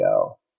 go